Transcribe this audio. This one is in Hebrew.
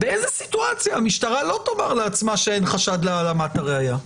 באיזו סיטואציה המשטרה לא תאמר לעצמה שאין חשד להעלמת הראיה?